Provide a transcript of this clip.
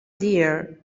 dear